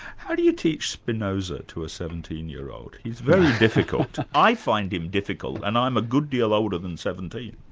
how do you teach spinoza to a seventeen year old? he's very difficult. i find him difficult and i'm a good deal older than seventeen.